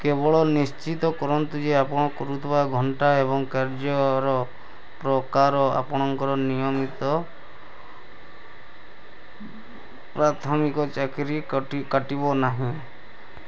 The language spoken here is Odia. କେବଳ ନିଶ୍ଚିତ କରନ୍ତୁ ଯେ ଆପଣ କରୁଥିବା ଘଣ୍ଟା ଏବଂ କାର୍ଯ୍ୟର ପ୍ରକାର ଆପଣଙ୍କ ନିୟମିତ ପ୍ରାଥମିକ ଚାକିରି କାଟିବ ନାହିଁ